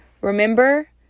remember